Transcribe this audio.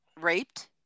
raped